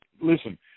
listen